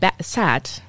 sad